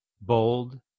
bold